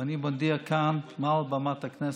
ואני מודיע כאן, מעל במת הכנסת: